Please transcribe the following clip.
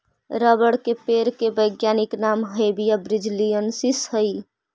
rubber के पेड़ के वैज्ञानिक नाम हैविया ब्रिजीलिएन्सिस हइ